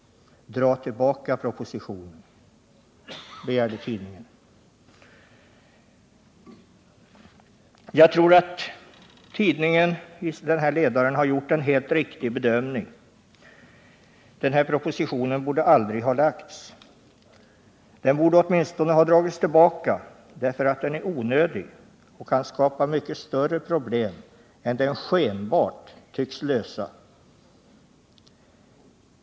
Dra tillbaka propositionen!” Det var vad tidningen begärde. Jag tror att tidningen i den här ledaren har gjort en helt riktig bedömning. Propositionen borde aldrig ha lagts fram. Den borde åtminstone ha dragits tillbaka, därför att den är onödig och kan skapa mycket större problem än den skenbart tycks lösa.